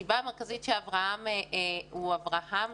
הסיבה המרכזית שאברהם הוא אברהם,